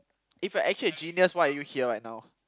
if you are actually a genius why are you here right now